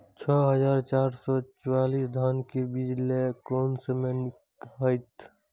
छः हजार चार सौ चव्वालीस धान के बीज लय कोन समय निक हायत?